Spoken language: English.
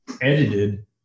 edited